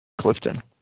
Clifton